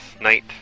night